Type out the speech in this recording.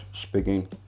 speaking